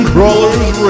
Crawler's